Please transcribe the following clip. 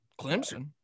Clemson